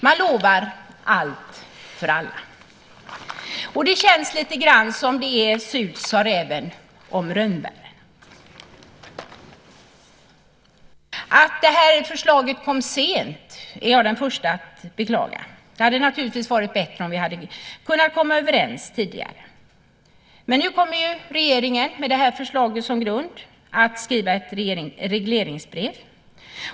Man lovar allt för alla. Det känns lite grann som "surt, sa räven om rönnbären". Att det här förslaget kom sent är jag den första att beklaga. Det hade naturligtvis varit bättre om vi hade kunnat komma överens tidigare. Men nu kommer regeringen med det här förslaget som grund att skriva ett regleringsbrev.